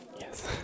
Yes